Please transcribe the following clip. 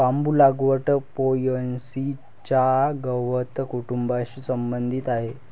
बांबू लागवड पो.ए.सी च्या गवत कुटुंबाशी संबंधित आहे